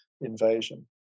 invasion